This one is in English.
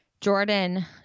Jordan